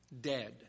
dead